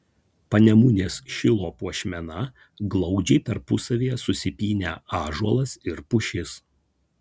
panemunės šilo puošmena glaudžiai tarpusavyje susipynę ąžuolas ir pušis